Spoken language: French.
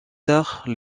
tard